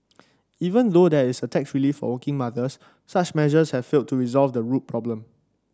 even though there is tax relief for working mothers such measures have failed to resolve the root problem